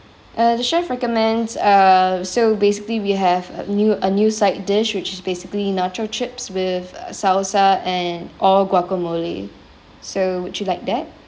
uh the chef recommends uh so basically we have a new a new side dish which is basically nacho chips with uh salsa and all guacamole so would you like that